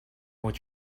what